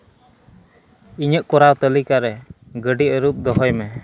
ᱤᱧᱟᱹᱜ ᱠᱚᱨᱟᱣ ᱛᱟᱹᱞᱤᱠᱟ ᱨᱮ ᱜᱟᱹᱰᱤ ᱟᱹᱨᱩᱵ ᱫᱚᱦᱚᱭ ᱢᱮ